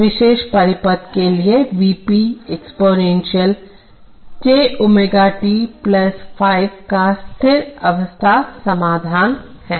इस विशेष परिपथ के लिए V p exponential j ω t ϕ का स्थिर अवस्था समाधान क्या है